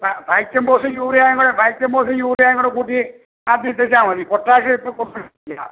fact FACT കംപോസും യൂറിയായും കൂടി ഫാക്ട് കംപോസും യൂറിയായും കൂട്ടി അങ്ങോട്ട് കൂട്ടി ആക്കി ഇട്ടേച്ചാൽമതി പൊട്ടാസിയം ഇപ്പോൾ കൊടുക്കേണ്ട